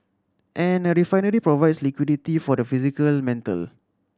and a refinery provides liquidity for the physical metal